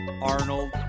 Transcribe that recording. Arnold